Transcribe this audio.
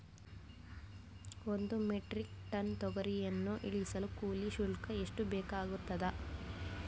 ಒಂದು metric ton ತೊಗರಿಯನ್ನು ಇಳಿಸಲು ಕೂಲಿ ಶುಲ್ಕ ಎಷ್ಟು ಬೇಕಾಗತದಾ?